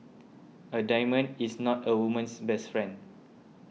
a diamond is not a woman's best friend